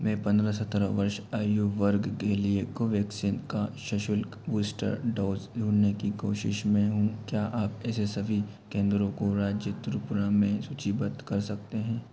मैं पन्द्रह सतरह वर्ष आयु वर्ग के लिए कोवैक्सीन का सशुल्क बूस्टर डोज़ ढूँढने की कोशिश में हूँ क्या आप ऐसे सभी केंद्रों को राज्य त्रिपुरा में सूचीबद्ध कर सकते हैं